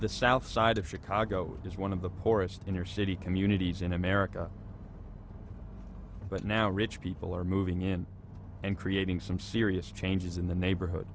the south side of chicago is one of the poorest inner city communities in america right now rich people are moving in and creating some serious changes in the neighborhood